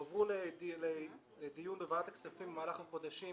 הועברה לדיון בוועדת הכספים במהלך החודשים